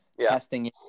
testing